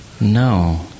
No